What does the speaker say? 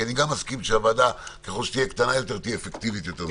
כי אני גם מסכים שככל שהוועדה תהיה קטנה יותר היא תהיה אפקטיבית יותר,